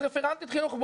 את רפרנטית חינוך.